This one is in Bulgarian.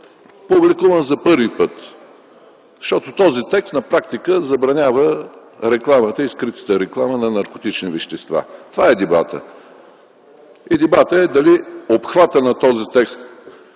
публикуван за първи път. Този текст на практика забранява рекламата и скритата реклама на наркотични вещества. Това е дебатът. Дебатът е дали обхватът на този текст